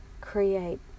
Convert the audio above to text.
create